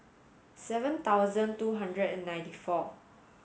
seven thousand two hundred and ninety four